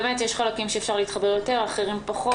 באמת, יש חלקים שאפשר להתחבר יותר, אחרים פחות.